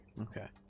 Okay